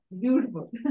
beautiful